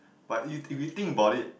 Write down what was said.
but if if you think about it